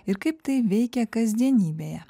ir kaip tai veikė kasdienybėje